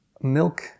milk